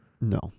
no